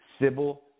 civil